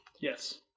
Yes